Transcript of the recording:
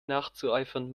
nachzueifern